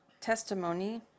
testimony